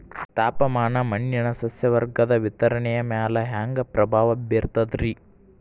ತಾಪಮಾನ ಮಣ್ಣಿನ ಸಸ್ಯವರ್ಗದ ವಿತರಣೆಯ ಮ್ಯಾಲ ಹ್ಯಾಂಗ ಪ್ರಭಾವ ಬೇರ್ತದ್ರಿ?